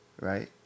right